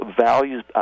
values